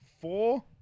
four